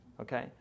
okay